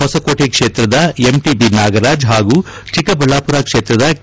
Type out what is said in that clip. ಹೊಸಕೋಟೆ ಕ್ಷೇತ್ರದ ಎಂಟಬಿ ನಾಗರಾಜ್ ಹಾಗೂ ಚಿಕ್ಕಬಳ್ಳಾಪುರ ಕ್ಷೇತ್ರದ ಕೆ